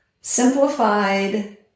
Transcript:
simplified